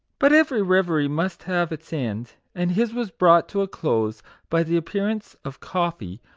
but every reverie must have its end and his was brought to a close by the appearance of coffee,